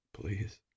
Please